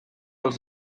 els